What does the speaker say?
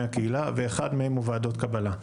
הקהילה ואחד מהם הוא ועדות הקבלה.